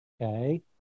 okay